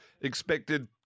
expected